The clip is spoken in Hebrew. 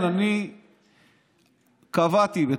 לכן, אלה החיים עצמם, זה לא לוקסוס.